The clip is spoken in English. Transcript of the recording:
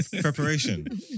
Preparation